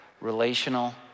relational